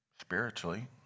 Spiritually